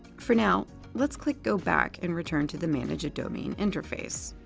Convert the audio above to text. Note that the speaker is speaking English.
for now, let's click go back and return to the manage a domain interface.